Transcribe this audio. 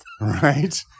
right